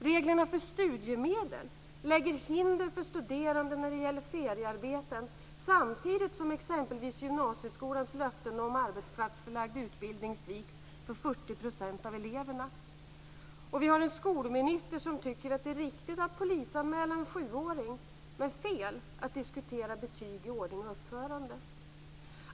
Reglerna för studiemedel lägger hinder för studerande när det gäller feriearbeten, samtidigt som t.ex. Vi har en skolminister som tycker att det är riktigt att polisanmäla en 7-åring, men fel att diskutera betyg i ordning och uppförande.